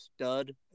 stud